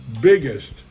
biggest